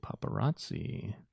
Paparazzi